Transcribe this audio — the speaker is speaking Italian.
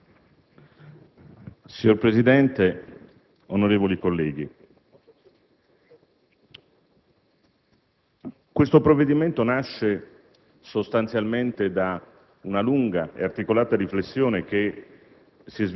Signor Presidente, onorevoli colleghi, questo provvedimento nasce da una lunga ed articolata riflessione che